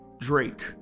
Drake